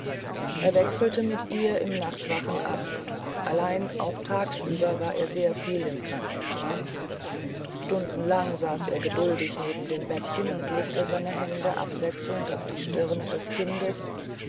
er wechselte mit ihr im nachtwachen ab allein auch tagsüber war er sehr viel im krankenzimmer stundenlang saß er geduldig neben dem bettchen und legte seine hände abwechselnd auf die stirne des kindes